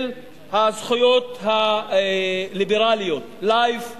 של הזכויות הליברליות: life,